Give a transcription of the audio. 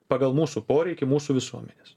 pagal mūsų poreikį mūsų visuomenės